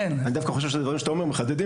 אני דווקא חושב שהדברים שאתה אומר מחדדים